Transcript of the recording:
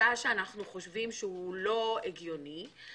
גם מה שעשתה הגברת לגבי המשכ"ל וגביית בניינים אינה דומה.